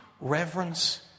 Reverence